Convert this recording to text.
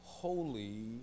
holy